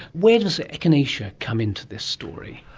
where does echinacea come into this story?